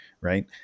Right